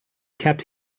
kept